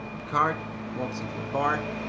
descartes walks into a bar.